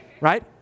Right